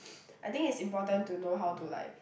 I think it's important to know how to like